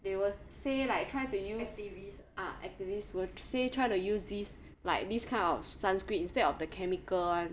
they will say like try to use ah activists will say try to use these like this kind of sunscreen instead of the chemical [one]